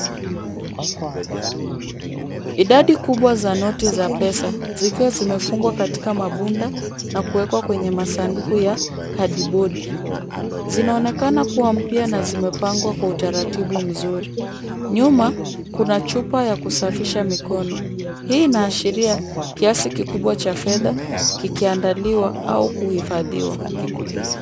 Idadi kubwa za noti za pesa zikiwa zimefungwa katika mabunda na kuwekwa kwenye masanduku ya kadobodi. Zinaonekana kuwa mpya na zimepangwa kwa utaratibu mzuri. Nyuma, kuna chupa ya kusafisha mikono. Hii inaashiria kiasi kikubwa cha fedha kikiandaliwa au kuhifadhiwa.